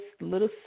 little